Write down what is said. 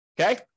Okay